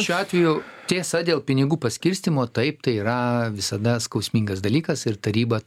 šiuo atveju tiesa dėl pinigų paskirstymo taip tai yra visada skausmingas dalykas ir taryba